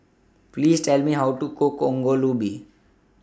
Please Tell Me How to Cook Ongol Ubi